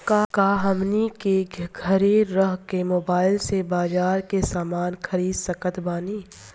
का हमनी के घेरे रह के मोब्बाइल से बाजार के समान खरीद सकत बनी?